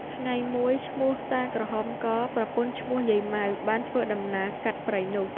ថ្ងៃមួយ ឈ្មោះ តាក្រហមក ប្រពន្ធឈ្មោះយាយម៉ៅ បានធ្វើដំណើរកាត់ព្រៃនោះ ។